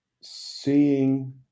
Seeing